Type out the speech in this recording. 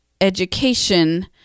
education